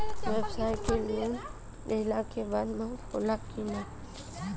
ब्यवसाय के लोन लेहला के बाद माफ़ होला की ना?